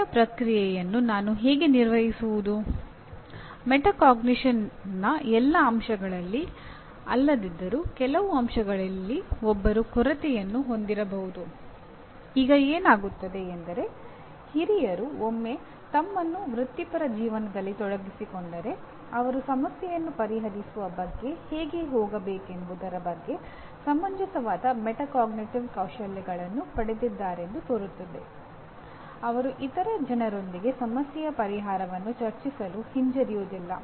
ಕಲಿಕೆಯ ಪ್ರಕ್ರಿಯೆಯನ್ನು ನಾನು ಹೇಗೆ ನಿರ್ವಹಿಸುವುದು